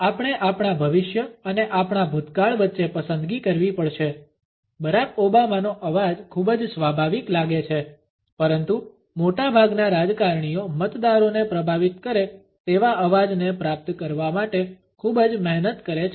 આપણે આપણા ભવિષ્ય અને આપણા ભૂતકાળ વચ્ચે પસંદગી કરવી પડશે બરાક ઓબામાનો અવાજ ખૂબ જ સ્વાભાવિક લાગે છે પરંતુ મોટાભાગના રાજકારણીઓ મતદારોને પ્રભાવિત કરે તેવા અવાજને પ્રાપ્ત કરવા માટે ખૂબ જ મહેનત કરે છે